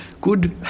good